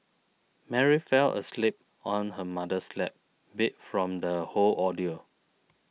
Mary fell asleep on her mother's lap beat from the whole ordeal